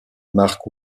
mark